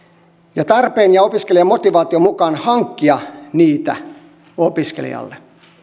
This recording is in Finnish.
ja tarpeen ja opiskelijan motivaation mukaan hankkia niitä opiskelijalle